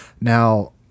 Now